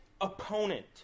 opponent